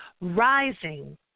Rising